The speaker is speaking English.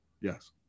Yes